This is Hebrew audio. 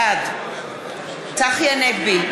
בעד צחי הנגבי,